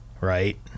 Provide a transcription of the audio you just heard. right